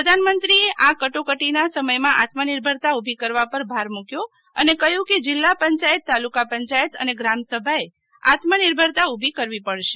પ્રધાનમંત્રીઅ આ કટોકટીના સમયમાં આત્માનર્ભરતા ઉભો કરવા પર ભાર મકયો અને કહયું કે જિલ્લા પંચાયતતાલુકા પચાયત અને ગ્રામસભાએ આત્મનિર્ભરતા ઉભી કરવી પડશ